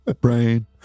Brain